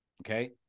Okay